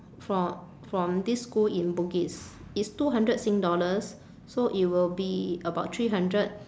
fro~ from this school in bugis it's two hundred sing dollars so it will be about three hundred